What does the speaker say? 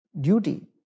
duty